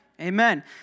Amen